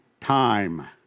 time